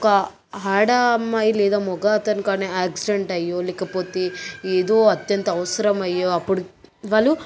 ఒక ఆడ అమ్మాయి లేదా మగాతను గానీ యాక్సిడెంట్ అయ్యో లేకపోతే ఏదో అత్యంత అవసరమయ్యే అప్పుడు వాళ్ళు